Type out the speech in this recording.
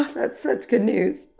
that's such good news.